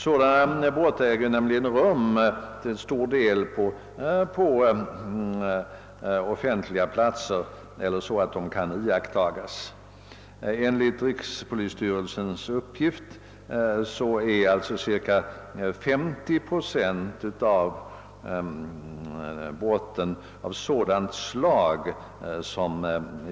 Sådana brott äger nämligen till stor del rum på offentliga platser eller eljest så att de kan iakttas. Enligt rikspolisstyrelsens uppgift är cirka 50 procent av samtliga brott av sådant slag.